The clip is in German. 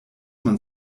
man